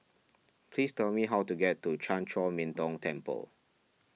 please tell me how to get to Chan Chor Min Tong Temple